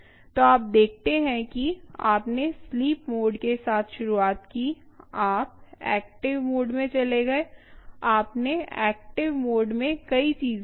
तो आप देखते हैं कि आपने स्लीप मोड के साथ शुरुआत की आप एक्टिव मोड में चले गए आपने एक्टिव मोड में कई चीजें की